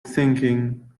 thinking